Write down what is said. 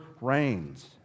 reigns